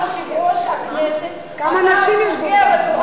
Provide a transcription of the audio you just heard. סגן יושב-ראש הכנסת, ואתה